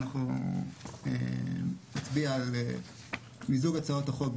אנחנו נצביע על מיזוג הצעות החוק,